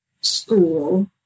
school